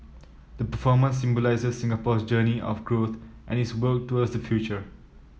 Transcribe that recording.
the performance symbolises Singapore's journey of growth and its work towards the future